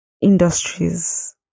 industries